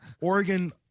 Oregon